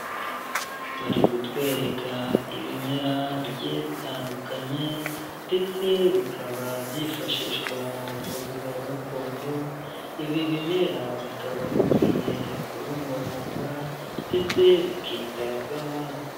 Bari kutwereka ibimera bigiye bitandukanye ndetse bikaba byifashishwa mu buvuzi bwa gakondo, ibi bimera bikaba bikwiye kubungabungwa ndetse bikitabwaho.